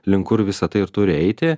link kur visa tai ir turi eiti